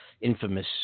infamous